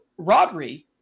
Rodri